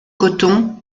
coton